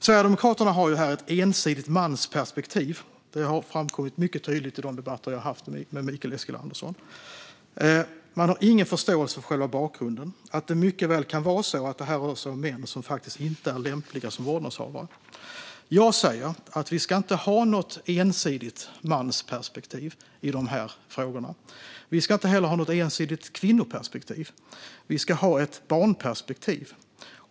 Sverigedemokraterna har här ett ensidigt mansperspektiv. Det har framkommit mycket tydligt i de debatter jag har haft med Mikael Eskilandersson. Man har ingen förståelse för själva bakgrunden: att det mycket väl kan vara så att det rör sig om män som faktiskt inte är lämpliga som vårdnadshavare. Jag säger att vi inte ska ha något ensidigt mansperspektiv i de här frågorna. Vi ska inte heller ha något ensidigt kvinnoperspektiv. Vi ska ha ett barnperspektiv.